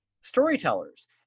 storytellers